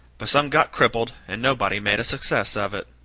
but some got crippled and nobody made a success of it.